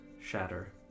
shatter